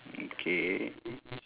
mm K